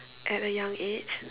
at a young age